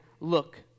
Look